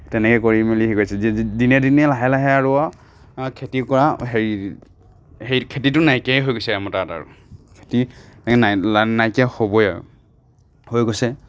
তেনেকে কৰি মেলি হেৰি কৰিছে দিনে দিনে লাহে লাহে আৰু খেতি কৰা হেৰি হেৰি খেতিটো নাইকিয়াই হৈ গৈছে আমাৰ তাত আৰু খেতি নাইকিয়া হ'বই আৰু হৈ গৈছে